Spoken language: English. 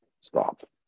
Stop